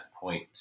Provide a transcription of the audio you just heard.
point